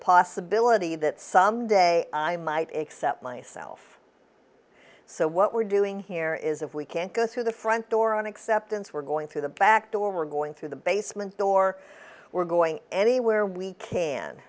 possibility that some day i might accept myself so what we're doing here is if we can't go through the front door on acceptance we're going through the back door we're going through the basement door we're going anywhere we can